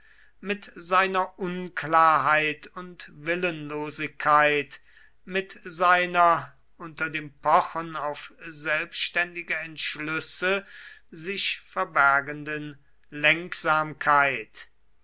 mit seiner unklarheit und willenlosigkeit mit seiner unter dem pochen auf selbständige entschlüsse sich verbergenden lenksamkeit